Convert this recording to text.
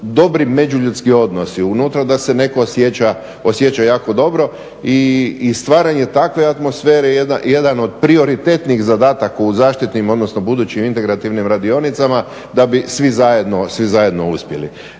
dobri međuljudski odnosi unutra, da se netko osjeća jako dobro. I stvaranje takve atmosfere je jedan od prioritetnih zadataka u zaštitnim odnosno budućim integrativnim radionicama da bi svi zajedno uspjeli.